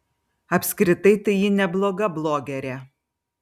apskritai tai ji nebloga blogerė